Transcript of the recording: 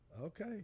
Okay